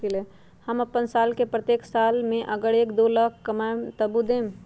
हम अपन साल के प्रत्येक साल मे अगर एक, दो लाख न कमाये तवु देम?